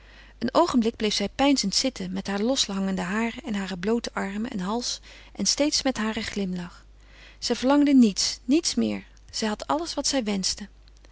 een oogenblik bleef zij peinzend zitten met haar loshangende haren en hare bloote armen en hals en steeds met haren glimlach zij verlangde niets niets meer zij had alles wat zij wenschte